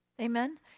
Amen